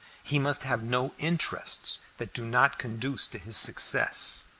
he must have no interests, that do not conduce to his success.